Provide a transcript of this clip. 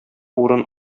урын